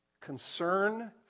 Concern